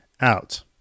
out